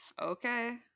Okay